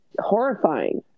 horrifying